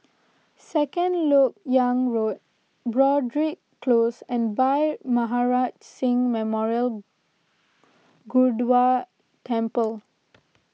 Second Lok Yang Road Broadrick Close and Bhai Maharaj Singh Memorial Gurdwara Temple